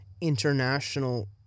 international